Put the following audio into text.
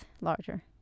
larger